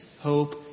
hope